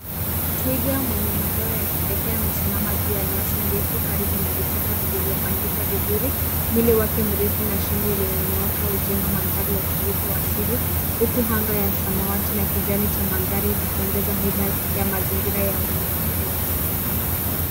Twiga mwenye madoa ya kipekee amesimama juu ya nyasi ndefu karibu na vichaka vilivyopangika vizuri. Mwili wake mrefu na shingo iliyonyooka hujenga mandhari ya utulivu wa asili huku anga ya samawati na kijani cha mandhari ikiongeza haiba ya mazingira ya wanyama pori.